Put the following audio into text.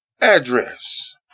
address